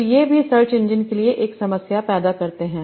तो ये भी सर्च इंजन के लिए एक समस्या पैदा करते हैं